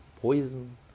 poison